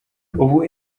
ubu